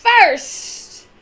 first